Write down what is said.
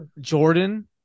Jordan